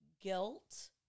guilt